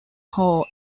howe